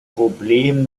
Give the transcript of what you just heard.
problem